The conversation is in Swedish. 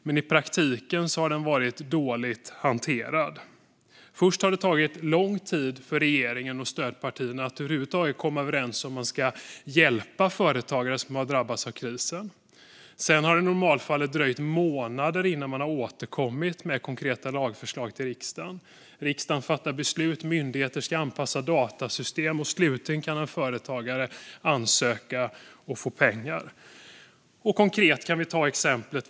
Men i praktiken har den varit dåligt hanterad. Först tog det lång tid för regeringen och stödpartierna att över huvud taget komma överens om huruvida man ska hjälpa företagare som har drabbats av krisen. Sedan har det i normalfallet dröjt månader innan man har återkommit med konkreta lagförslag till riksdagen. Efter att riksdagen har fattat beslut ska myndigheterna anpassa sina datasystem, och slutligen kan en företagare ansöka och få pengar. Låt oss ta ett konkret exempel.